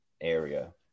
area